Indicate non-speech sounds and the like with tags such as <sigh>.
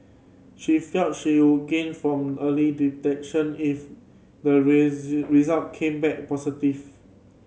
she felt she would gain from early detection if the <unintelligible> result came back positive